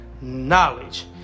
knowledge